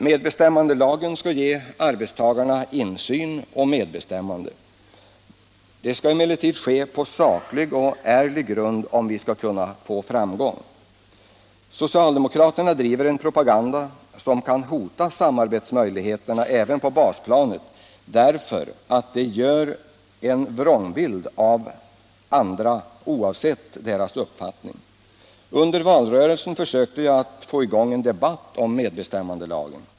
Medbestämmandelagen skall ge arbetstagarna insyn och medbestämmande. Det måste emellertid ske på saklig och ärlig grund, om man skall kunna nå framgång. Socialdemokraterna driver en propaganda som kan hota samarbetsmöjligheterna även på basplanet, därför att de ger en vrångbild av andra oavsett dessas uppfattning. Under valrörelsen försökte jag få i gång en debatt om medbestämmandelagen.